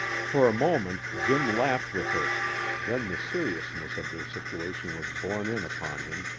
for a moment jim laughed with her then the seriousness of their situation was borne in upon him,